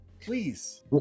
please